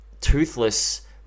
toothless